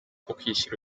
ukwishyira